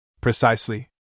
Precisely